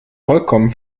vollkommen